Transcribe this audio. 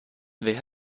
wer